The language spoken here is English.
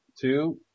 two